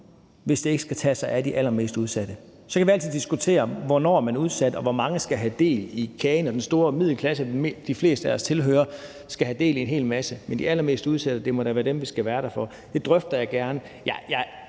hvis det ikke skal tage sig af de allermest udsatte? Så kan vi altid diskutere, hvornår man er udsat, og hvor mange der skal have del i kagen, og at den store middelklasse, som de fleste af os tilhører, skal have del i en hel masse. Men de allermest udsatte må da være dem, vi skal være der for. Det drøfter jeg gerne.